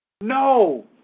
No